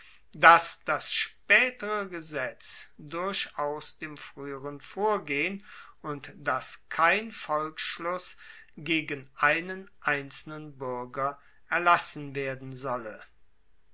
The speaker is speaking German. dass das spaetere gesetz durchaus dem frueheren vorgehen und dass kein volksschluss gegen einen einzelnen buerger erlassen werden solle